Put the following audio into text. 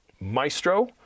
maestro